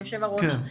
יושב הראש,